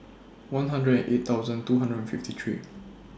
one hundred and eight thousand two hundred and fifty three